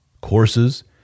courses